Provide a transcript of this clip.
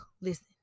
listen